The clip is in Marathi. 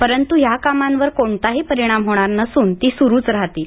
परंतु या कामांवर कोणताही परिणाम होणार नसून ती सुरूच राहतील